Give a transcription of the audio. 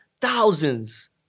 thousands